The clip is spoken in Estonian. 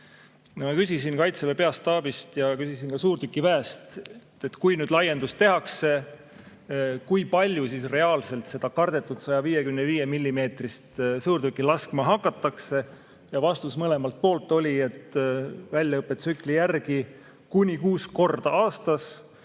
Ma küsisin Kaitseväe peastaabist ja küsisin ka suurtükiväest, et kui nüüd laiendus tehakse, kui palju siis reaalselt seda kardetud 155‑millimeetrist suurtükki laskma hakatakse. Vastus mõlemalt poolt oli, et väljaõppetsükli järgi kuni kuus korda aastas